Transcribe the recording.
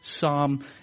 psalm